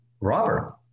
Robert